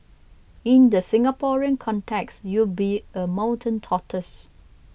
in the Singaporean context you'd be a mountain tortoise